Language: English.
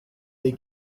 they